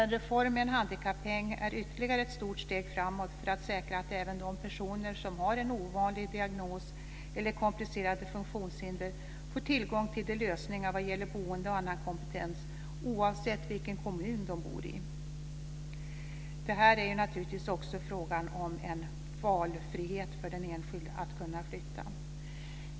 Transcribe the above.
En reform med handikappeng är ytterligare ett stort steg framåt för att säkra att även de personer som har en ovanlig diagnos eller komplicerade funktionshinder får tillgång till de lösningar som finns vad gäller boende och annan kompetens oavsett vilken kommun de bor i. Att kunna flytta är naturligtvis också fråga om en valfrihet för den enskilde.